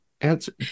answer